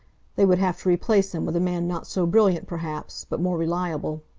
they would have to replace him with a man not so brilliant, perhaps, but more reliable.